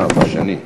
אה, זה בשני.